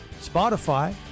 Spotify